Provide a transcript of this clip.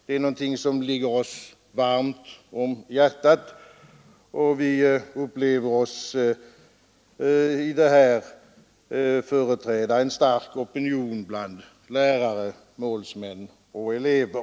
Det är någonting som ligger oss varmt om hjärtat, och vi upplever oss i detta företräda en stark opinion bland lärare, målsmän och elever.